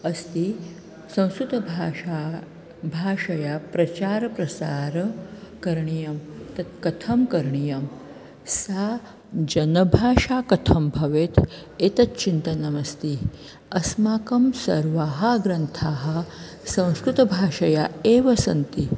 अस्ति संस्कृतभाषा भाषायाः प्रचारः प्रसारः करणियं तत् कथं करणीयं सा जनभाषा कथं भवेत् एतत् चिन्तनमस्ति अस्माकं सर्वाः ग्रन्थाः संस्कृतभाषया एव सन्ति